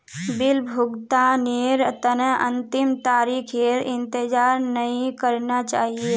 bill भुगतानेर तने अंतिम तारीखेर इंतजार नइ करना चाहिए